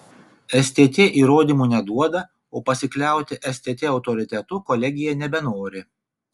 stt įrodymų neduoda o pasikliauti stt autoritetu kolegija nebenori